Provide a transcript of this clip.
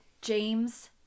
James